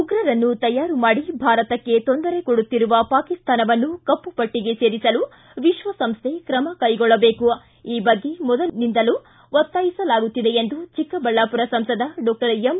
ಉಗ್ರರನ್ನು ತಯಾರು ಮಾಡಿ ಭಾರತಕ್ಕೆ ತೊಂದರೆ ಕೊಡುತ್ತಿರುವ ಪಾಕಿಸ್ತಾನವನ್ನು ಕಪ್ಪುಪಟ್ಟಗೆ ಸೇರಿಸಲು ವಿಶ್ವಸಂಸ್ಥೆ ತ್ರಮ ಕೈಗೊಳ್ಳಬೇಕು ಈ ಬಗ್ಗೆ ಮೊದಲಿನಿಂದಲೂ ಒತ್ತಾಯಿಸಲಾಗುತ್ತಿದೆ ಎಂದು ಚಿಕ್ಕಬಳ್ಳಾಪುರ ಸಂಸದ ಡಾಕ್ಟರ್ ಎಂ